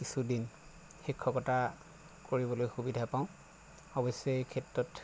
কিছুদিন শিক্ষকতা কৰিবলৈ সুবিধা পাওঁ অৱশ্যে এই ক্ষেত্ৰত